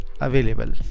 available